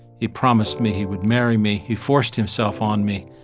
he promised me he would marry me. he forced himself on me,